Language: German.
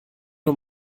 nur